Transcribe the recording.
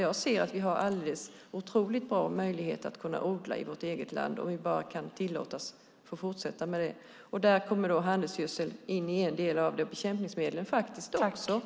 Jag ser att vi har otroligt bra möjligheter att odla i vårt eget land, om vi bara får fortsätta med det. Där kommer handelgödseln och faktiskt också bekämpningsmedlen in.